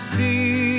see